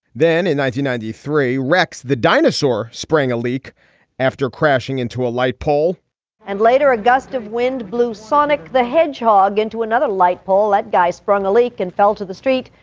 and ninety ninety three, rex the dinosaur sprang a leak after crashing into a light pole and later a gust of wind blew sonic the hedgehog into another light pole. that guy sprung a leak and fell to the street,